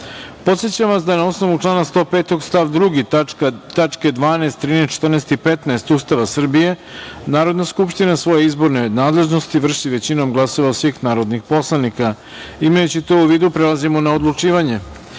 podsećam vas da je na osnovu člana 105. stav 2. tačke 12, 13,14. i 15. Ustava Republike Srbije, Narodna skupština svoje izborne nadležnosti vrši većinom glasova svih narodnih poslanika. Imajući to u vidu, prelazimo na odlučivanje. Četvrta